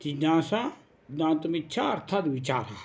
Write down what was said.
जिज्ञासा ज्ञातुमिच्छा अर्थात् विचारः